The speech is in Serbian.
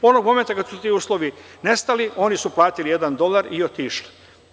Onog momenta kad su ti uslovi nestali, oni su platili jedan dolar i otišli.